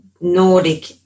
Nordic